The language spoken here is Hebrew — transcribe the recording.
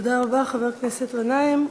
תודה רבה, חבר הכנסת גנאים.